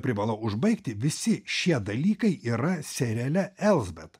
privalau užbaigti visi šie dalykai yra seriale elsbet